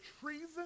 treason